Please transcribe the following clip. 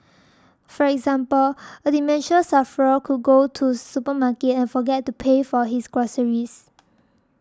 for example a dementia sufferer could go to supermarket and forget to pay for his groceries